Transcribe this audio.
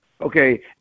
Okay